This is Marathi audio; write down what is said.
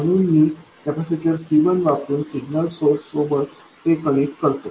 म्हणून मी कॅपेसिटर C1 वापरून सिग्नल सोर्स सोबत ते कनेक्ट करतो